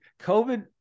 COVID